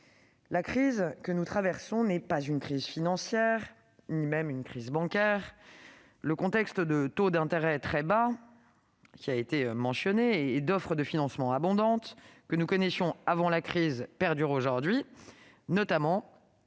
La crise que nous traversons n'est pas une crise financière ni même une crise bancaire : le contexte de taux d'intérêt très bas et d'offres de financement abondantes que nous connaissions avant la crise perdure, notamment grâce